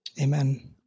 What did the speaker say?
Amen